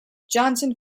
jonson